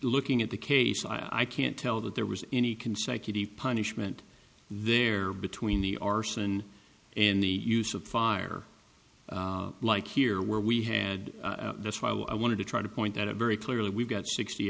looking at the case i can't tell that there was any consecutive punishment there between the arson and the use of fire like here where we had that's why i wanted to try to point out it very clearly we've got sixty